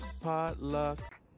potluck